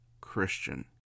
Christian